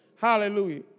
Hallelujah